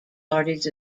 parties